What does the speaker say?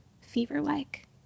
fever-like